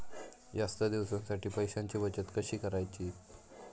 जास्त दिवसांसाठी पैशांची बचत कशी करायची?